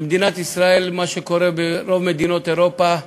במדינת ישראל למה שקורה ברוב מדינות אירופה,